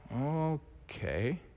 okay